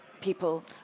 people